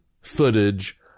footage